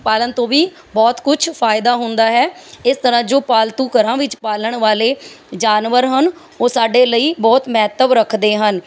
ਪਾਲਣ ਤੋਂ ਵੀ ਬਹੁਤ ਕੁਛ ਫ਼ਾਇਦਾ ਹੁੰਦਾ ਹੈ ਇਸ ਤਰ੍ਹਾਂ ਜੋ ਪਾਲਤੂ ਘਰਾਂ ਵਿੱਚ ਪਾਲਣ ਵਾਲੇ ਜਾਨਵਰ ਹਨ ਉਹ ਸਾਡੇ ਲਈ ਬਹੁਤ ਮਹੱਤਵ ਰੱਖਦੇ ਹਨ